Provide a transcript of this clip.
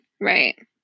Right